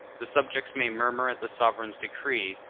the subjects may murmur at the sovereign's decree,